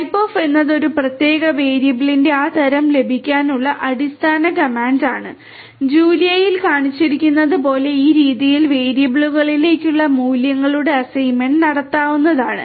type of എന്നത് ഒരു പ്രത്യേക വേരിയബിളിന്റെ ആ തരം ലഭിക്കാനുള്ള അടിസ്ഥാന കമാൻഡാണ് ജൂലിയയിൽ കാണിച്ചിരിക്കുന്നതുപോലെ ഈ രീതിയിൽ വേരിയബിളുകളിലേക്കുള്ള മൂല്യങ്ങളുടെ അസൈൻമെന്റ് നടത്താവുന്നതാണ്